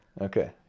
okay